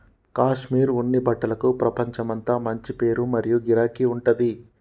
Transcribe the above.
కాశ్మీర్ ఉన్ని బట్టలకు ప్రపంచమంతా మంచి పేరు మరియు గిరాకీ ఉంటది